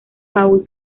paul